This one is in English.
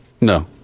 No